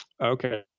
Okay